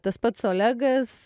tas pats olegas